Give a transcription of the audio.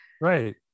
Right